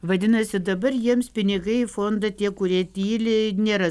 vadinasi dabar jiems pinigai į fondą tie kurie tyli nėra